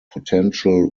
potential